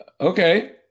okay